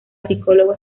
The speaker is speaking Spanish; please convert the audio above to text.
psicólogo